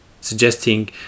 suggesting